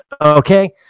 okay